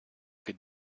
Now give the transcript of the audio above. che